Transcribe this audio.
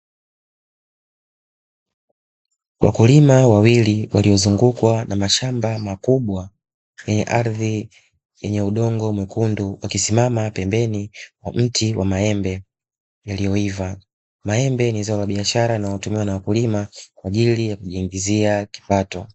Wakulima wawili waliozungukwa na mashamba makubwa yenye ardhi, yenye udongo mwekundu wakisimama pembeni kwenye mti wa maembe iliyoiva, maembe ni zao la biashara linalotumiwa na wakulima kwa ajili ya kujiingizia kipato.